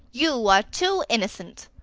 you are too innocent.